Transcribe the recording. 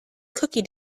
cookie